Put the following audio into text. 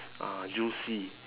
uh juicy